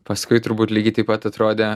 paskui turbūt lygiai taip pat atrodė